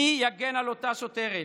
מי יגן על אותה שוטרת?